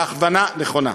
בהכוונה נכונה.